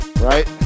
right